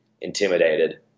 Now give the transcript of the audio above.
intimidated